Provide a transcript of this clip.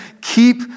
keep